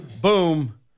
boom